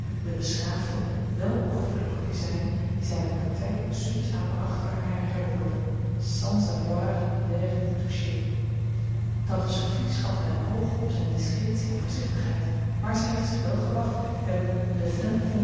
de beschaafde wel opgevoede practizijn die zijne partij zoetjes aan bracht waar hij haar hebben wilde sans avoir l'air d'y toucher tante sophie schatte hem hoog om zijne discretie en voorzichtigheid maar zij heeft zich wel gewacht